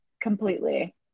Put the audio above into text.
completely